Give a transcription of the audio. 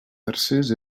tercers